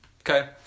Okay